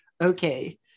okay